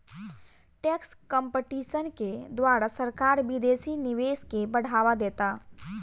tax competition के द्वारा सरकार विदेशी निवेश के बढ़ावा देता